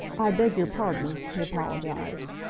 i beg your pardon, he apologised.